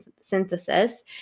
synthesis